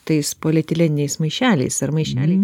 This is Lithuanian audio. tais polietileniniais maišeliais ar maišelį